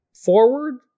forward